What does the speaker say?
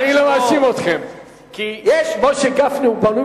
אני לא מאשים אתכם כי משה גפני בנוי